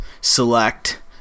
select